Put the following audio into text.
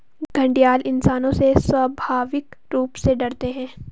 घड़ियाल इंसानों से स्वाभाविक रूप से डरते है